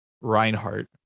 Reinhardt